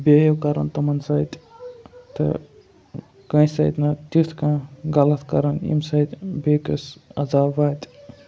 بِہیو کَرُن تِمَن سۭتۍ تہٕ کٲنٛسہِ سۭتۍ نہٕ تِتھ کانہہ غلط کَرُن ییٚمہِ سۭتۍ بیٚیہِ کٲنٛسہِ عزاب واتہِ